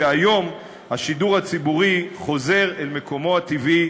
שהיום השידור הציבורי חוזר אל מקומו הטבעי,